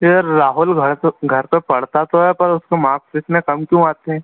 फिर राहुल घर घर पर पढ़ता तो है पर उसके माक्स इतने कम क्यों आते हैं